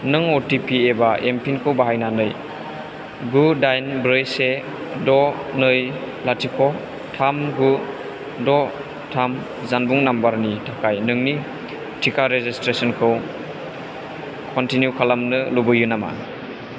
नों अटिपि एबा एमपिन खौ बाहायनानै गु दाइन ब्रै से द' नै लाथिख' थाम गु द' थाम जानबुं नाम्बारनि थाखाय नोंनि टिका रेजिसट्रेसनखौ कनटिनिउ खालामनो लुबैयो नामा